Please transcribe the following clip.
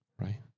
right